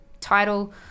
title